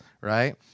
right